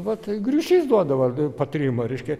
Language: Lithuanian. vat griušys duoda vat patarimą reiškia